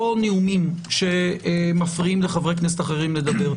לא נאומים שמפריעים לחברי כנסת אחרים לדבר.